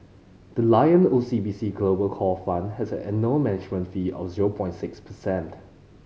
the Lion O C B C Global Core Fund has an annual management fee of zero point six percent